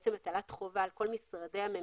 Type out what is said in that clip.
ובעצם הטלת חובה על כל משרדי הממשלה.